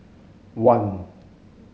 one